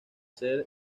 ser